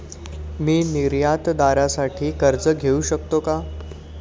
मी निर्यातदारासाठी कर्ज घेऊ शकतो का?